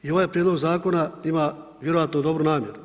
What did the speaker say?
I ovaj Prijedlog Zakona ima vjerojatno dobru namjeru.